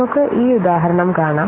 നമുക്ക് ഈ ഉദാഹരണം കാണാം